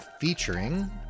featuring